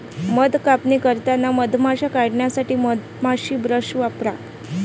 मध कापणी करताना मधमाश्या काढण्यासाठी मधमाशी ब्रश वापरा